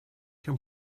can